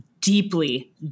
deeply